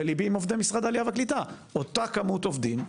וליבי עם עובדי משרד העלייה והקליטה אותה כמות עובדים,